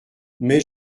mais